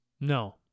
No